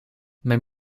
mijn